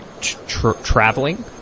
traveling